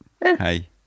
hey